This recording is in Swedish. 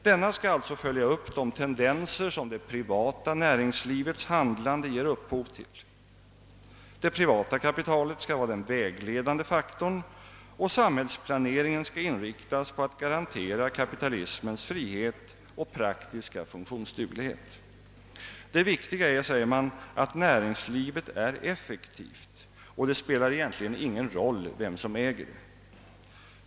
Denna skall alltså följa upp de tendenser som det privata näringslivets handlande ger upphov till. Det privata kapitalet skall vara den vägledande faktorn, och samhällsplaneringen skall inriktas på att garantera kapitalismens frihet och praktiska funktionsduglighet. Det viktiga är, säger man, att näringslivet är effektivt, och det spelar egentligen ingen roll vem som äger det.